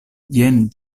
jen